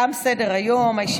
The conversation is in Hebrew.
אנחנו עוברים להצבעה